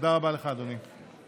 תודה רבה לך, אדוני.